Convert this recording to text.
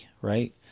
right